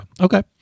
Okay